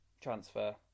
transfer